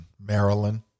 Maryland